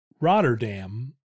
Rotterdam